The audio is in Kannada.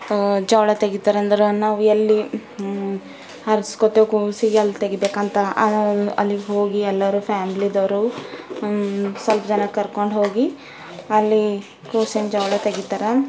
ಜವಳ ತೆಗೆತಾರೆ ಅಂದ್ರೆ ನಾವು ಎಲ್ಲಿ ಹರಸ್ಕೋತೇವೆ ಕೂಸಿಗೆ ಅಲ್ಲಿ ತೆಗೀಬೇಕು ಅಂತ ಆವಾಗ ಅಲ್ಲಿಗೆ ಹೋಗಿ ಎಲ್ಲರ ಫ್ಯಾಮ್ಲಿದವರು ಸ್ವಲ್ಪ ಜನ ಕರ್ಕೊಂಡು ಹೋಗಿ ಅಲ್ಲಿ ಕೂಸಿನ ಜವಳ ತೆಗೀತಾರೆ